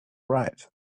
ride